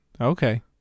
Okay